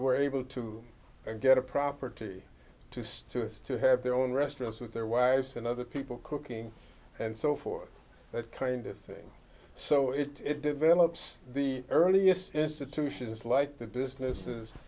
were able to get a property just to have their own restaurants with their wives and other people cooking and so forth that kind of thing so it it develops the earliest institutions like the businesses